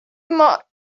mark